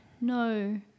No